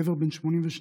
גבר בן 82,